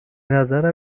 نظرم